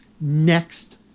next